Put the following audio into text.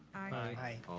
aye.